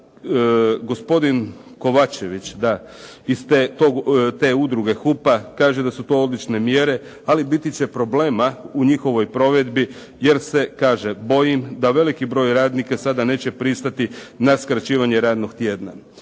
Gospodin Kovačević, da iz te udruge HUP-a kaže da su to odlične mjere, ali biti će problema u njihovoj provedbi jer se kaže boji da veliki broj radnika sada neće pristati na skraćivanje radnog tjedna.